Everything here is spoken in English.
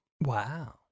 Wow